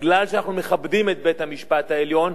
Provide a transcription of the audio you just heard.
מכיוון שאנחנו מכבדים את בית-המשפט העליון,